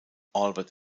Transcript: albert